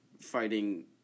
fighting